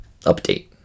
update